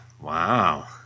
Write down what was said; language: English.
Wow